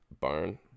barn